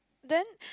then